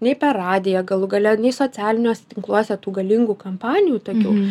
nei per radiją galų gale nei socialiniuose tinkluose tų galingų kampanijų tokių